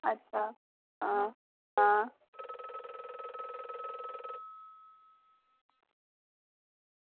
अच्छा आं आं